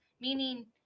meaning